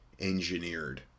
engineered